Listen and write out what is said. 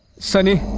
sunny,